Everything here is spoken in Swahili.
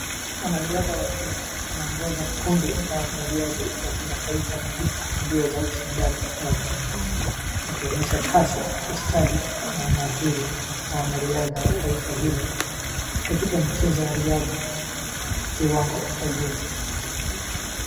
Mwanariadha wa Kenya anaongoza kundi la wakimbiaji wa kimataifa katika mbio za ushindani uwanjani. Akionyesha kasi, ustadi, na umahiri wa wanariadha wa taifa hilo katika mchezo wa riadha kiwango cha juu.